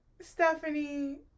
Stephanie